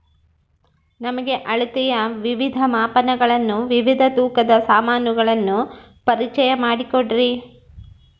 ನಮಗೆ ಅಳತೆಯ ವಿವಿಧ ಮಾಪನಗಳನ್ನು ವಿವಿಧ ತೂಕದ ಸಾಮಾನುಗಳನ್ನು ಪರಿಚಯ ಮಾಡಿಕೊಡ್ರಿ?